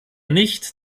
nicht